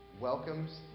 welcomes